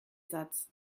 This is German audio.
satz